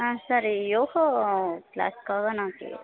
ஆ sir yoga க்ளாஸ்சுக்காகதான் நான் K